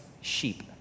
sheep